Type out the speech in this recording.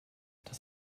das